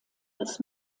als